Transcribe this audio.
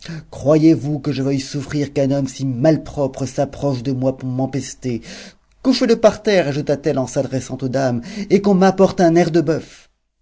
croyez-vous que je veuille souffrir qu'un homme si malpropre s'approche de moi pour m'empester couchez le par terre ajouta-t-elle en s'adressant aux dames et qu'on m'apporte un nerf de boeuf